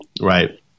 Right